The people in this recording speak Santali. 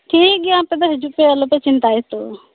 ᱴᱷᱤᱠ ᱜᱮᱭᱟ ᱛᱟᱞᱦᱮ ᱟᱯᱮ ᱫᱚ ᱦᱤᱡᱩᱜ ᱯᱮ ᱟᱞᱚᱯᱮ ᱪᱤᱱᱛᱟᱭᱟ ᱩᱱᱟᱹᱜ ᱫᱚ